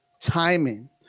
timing